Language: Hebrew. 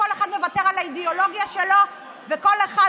כל אחד מוותר את האידיאולוגיה שלו וכל אחד